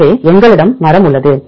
எனவே எங்களிடம் மரம் உள்ளது